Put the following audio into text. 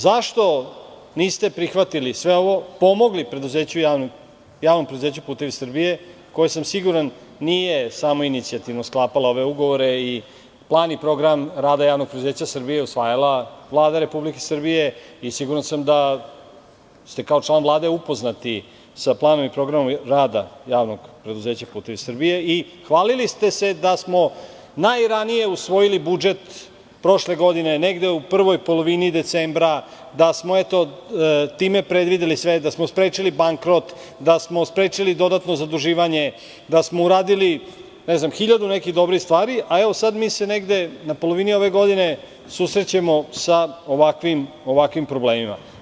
Zašto niste prihvatili sve ovo, pomogli Javnom preduzeću "Putevi Srbije", koje sam siguran nije samoinicijativno sklapala ove ugovore i plan i program rada javnog preduzeća Srbije, usvajala je Vlada Republike Srbije i siguran sam da ste kao član Vlade upoznati sa planom i programom rada Javnog preduzeća "Putevi Srbije" i hvalili ste se da smo najranije usvojili budžet prošle godine, negde u prvoj polovini decembra, da smo eto time predvideli sve, da smo sprečili bankrot, da smo sprečili dodatno zaduživanje, da smo uradili hiljadu nekih dobrih stvari, a evo, sada mi se negde na polovini ove godine susrećemo sa ovakvim problemima.